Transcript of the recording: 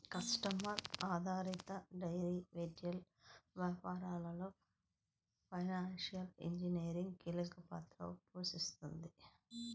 customer ఆధారిత derivatives వ్యాపారంలో financial engineering కీలక పాత్ర పోషిస్తుంది